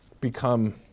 become